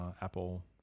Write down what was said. Apple